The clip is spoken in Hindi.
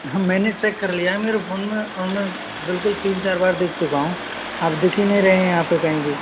हाँ मैंने चेक कर लिया है मेरे फोन में और मैं बिल्कुल तीन चार बार देख चुका हूँ आप दिख ही नहीं रहे हैं यहाँ पे कहीं भी